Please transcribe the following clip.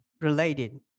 related